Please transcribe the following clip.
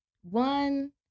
one